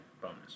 bonus